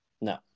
No